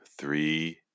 Three